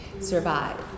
survive